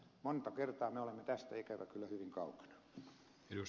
monta kertaa me olemme tästä ikävä kyllä hyvin kaukana